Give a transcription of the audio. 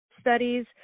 studies